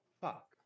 fuck